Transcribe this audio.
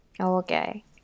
Okay